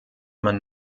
man